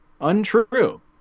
untrue